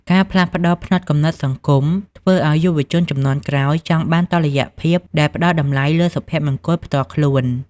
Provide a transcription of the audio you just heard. ការផ្លាស់ប្តូរផ្នត់គំនិតសង្គម ធ្វើឱ្យយុវជនជំនាន់ក្រោយចង់បានតុល្យភាពដែលផ្តល់តម្លៃលើសុភមង្គលផ្ទាល់ខ្លួន។